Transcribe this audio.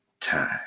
time